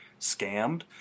scammed